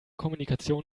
kommunikation